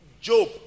Job